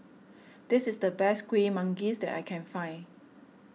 this is the best Kuih Manggis that I can find